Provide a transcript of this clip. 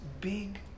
big